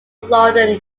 london